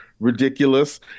ridiculous